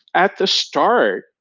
at the start,